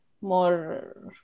more